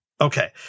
Okay